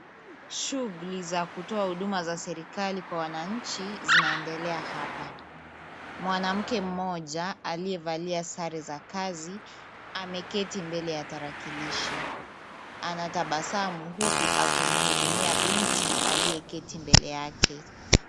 Shughuli za kutoa huduma za serikali kwa wananchi zinaendelea hapa. Mwanamke mmoja aliyevalia sare za kazi ameketi mbele ya tarakilishi. Anatabasamu huku akimhudumia binti aliyeketi mbele yake.